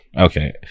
Okay